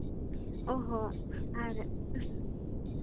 ᱚ ᱦᱚᱸ ᱟᱨ